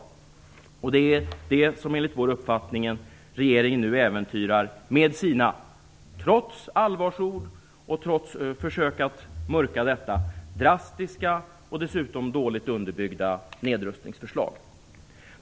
Det är det som regeringen nu enligt vår uppfattning nu äventyrar med sina, trots allvarsord och trots försök att mörka detta, drastiska och dessutom dåligt underbyggda nedrustningsförslag.